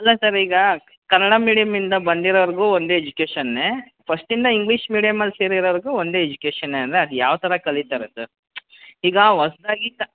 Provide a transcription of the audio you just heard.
ಇಲ್ಲ ಸರ್ ಈಗ ಕನ್ನಡ ಮೀಡಿಯಮಿಂದ ಬಂದಿರೋರಿಗೂ ಒಂದೇ ಎಜುಕೇಶನ್ನೇ ಫಸ್ಟಿಂದ ಇಂಗ್ಲೀಷ್ ಮೀಡಿಯಮಲ್ಲಿ ಸೇರಿರೋರಿಗೂ ಒಂದೇ ಎಜುಕೇಶನ್ನೇ ಅಂದರೆ ಅದು ಯಾವ ಥರ ಕಲೀತಾರೆ ಸರ್ ಈಗ ಹೊಸ್ದಾಗಿ ಕ